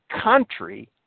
country